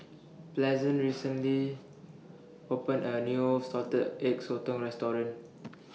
Pleasant recently opened A New Salted Egg Sotong Restaurant